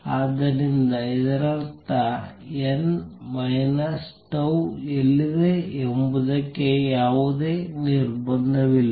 ಆದ್ದರಿಂದ ಇದರರ್ಥ n minus tau ಎಲ್ಲಿದೆ ಎಂಬುದಕ್ಕೆ ಯಾವುದೇ ನಿರ್ಬಂಧವಿಲ್ಲ